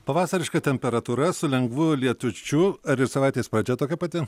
pavasariška temperatūra su lengvu lietučiu ar ir savaitės pradžia tokia pati